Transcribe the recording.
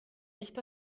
nicht